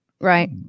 Right